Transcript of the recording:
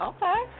Okay